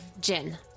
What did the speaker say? Gin